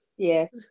Yes